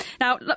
Now